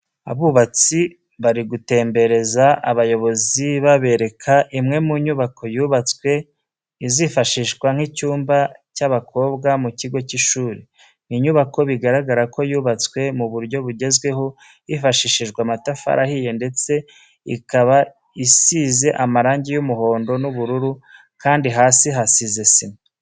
Abubatsi bari gutembereza abayobozi babereka imwe mu nyubako yubatswe izifashishwa nk'icyumba cy'abakobwa mu kigo cy'ishuri, ni inyubako bigaragara ko yubatswe mu buryo bugezweho hifashishijwe amatafari ahiye ndetse ikaba isize amarange y'umuhondo n'ubururu kandi hasi hasize sima.